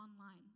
online